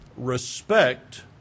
Respect